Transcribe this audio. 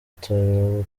atorewe